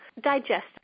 digest